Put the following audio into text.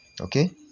okay